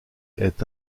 est